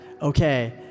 okay